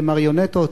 למריונטות,